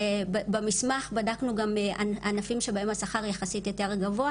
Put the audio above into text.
במסמך בדקנו גם ענפים שבהם השכר יחסית יותר גבוה